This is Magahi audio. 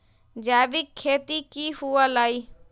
जैविक खेती की हुआ लाई?